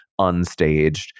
unstaged